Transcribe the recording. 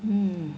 mm